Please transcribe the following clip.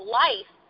life